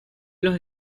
los